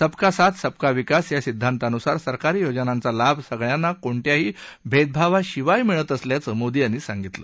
सबका साथ सबका विकास या सिद्धांतानुसार सरकारी योजनांचा लाभ सगळ्यांना कोणत्याही भेदभावाशिवाय मिळत असल्याचं मोदी यांनी सांगितलं